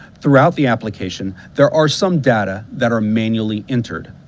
throughout the application, there are some data that are manually entered.